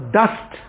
dust